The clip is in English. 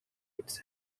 its